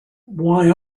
why